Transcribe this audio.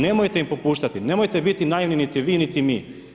Nemojte im popuštati, nemojte biti naivni niti vi niti mi.